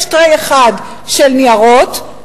יש tray אחד של ניירות.